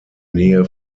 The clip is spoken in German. nähe